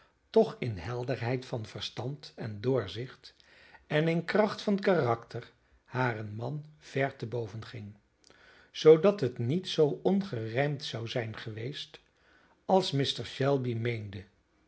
toch in helderheid van verstand en doorzicht en in kracht van karakter haren man ver te boven ging zoodat het niet zoo ongerijmd zou zijn geweest als mr shelby meende